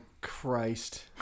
Christ